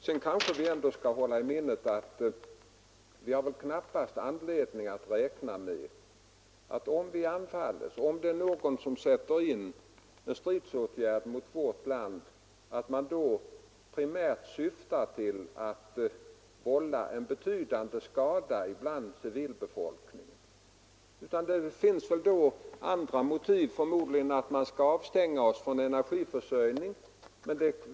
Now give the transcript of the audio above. Sedan kanske vi också skall hålla i minnet att om någon sätter in stridsåtgärder mot vårt land är det knappast troligt att han primärt syftar till att vålla betydande skada bland civilbefolkningen. Det finns i så fall andra motiv. Kanske är avsikten att stänga av vår energiförsörjning.